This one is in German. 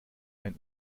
ein